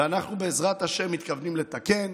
ואנחנו, בעזרת השם, מתכוונים לתקן.